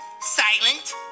silent